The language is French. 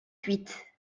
huit